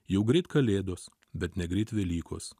jau greit kalėdos bet negreit velykos